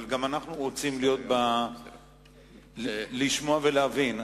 אבל גם אנחנו רוצים לשמוע ולהבין,